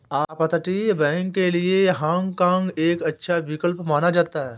अपतटीय बैंक के लिए हाँग काँग एक अच्छा विकल्प माना जाता है